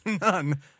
None